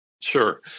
Sure